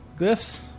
glyphs